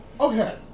Okay